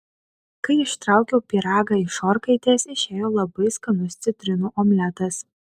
kai ištraukiau pyragą iš orkaitės išėjo labai skanus citrinų omletas